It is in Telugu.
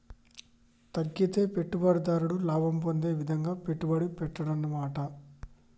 తగ్గితే పెట్టుబడిదారుడు లాభం పొందే విధంగా పెట్టుబడి పెట్టాడన్నమాట